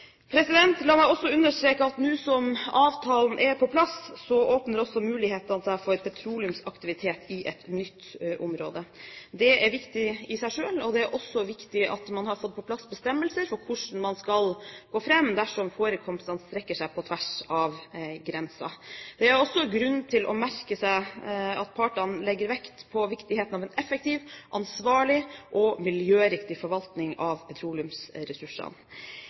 La meg understreke at nå som avtalen er på plass, åpner også mulighetene seg for petroleumsaktivitet i et nytt område. Det er viktig i seg selv, og det er også viktig at man har fått på plass bestemmelser for hvordan man skal gå fram dersom forekomster strekker seg på tvers av grensen. Det er også grunn til å merke seg at partene legger vekt på viktigheten av en effektiv, ansvarlig og miljøriktig forvaltning av petroleumsressursene.